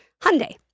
Hyundai